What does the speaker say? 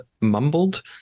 mumbled